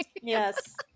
Yes